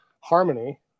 Harmony